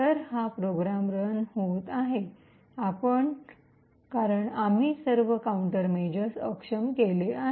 तर हा program run होत आहे कारण आम्ही सर्व काउंटरमेजरस अक्षम केले आहेत